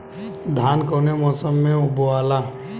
धान कौने मौसम मे बोआला?